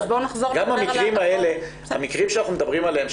גם המקרים שאנחנו מדברים עליהם,